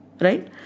right